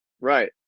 Right